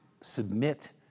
submit